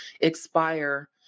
expire